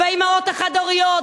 באמהות החד-הוריות,